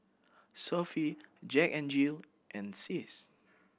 Sofy Jack N Jill and SIS